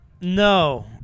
No